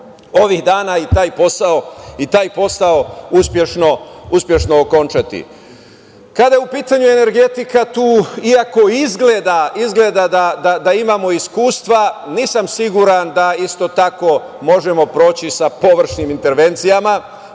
ovih dana i taj posao uspešno okončati. Kada je u pitanju energetika, iako izgleda da imamo iskustva, nisam siguran da isto tako možemo proći sa površnim intervencijama.